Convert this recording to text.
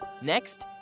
Next